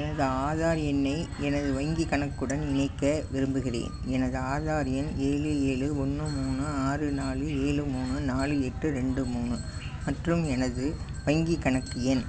எனது ஆதார் எண்ணை எனது வங்கிக் கணக்குடன் இணைக்க விரும்புகிறேன் எனது ஆதார் எண் ஏழு ஏழு ஒன்று மூணு ஆறு நாலு ஏழு மூணு நாலு எட்டு ரெண்டு மூணு மற்றும் எனது வங்கிக் கணக்கு எண்